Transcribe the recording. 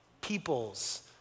Peoples